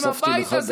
הוספתי לך דקה וחצי.